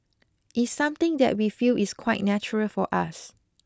it's something that we feel is quite natural for us